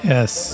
Yes